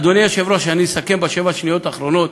אדוני היושב-ראש, אני אסכם בשבע השניות האחרונות,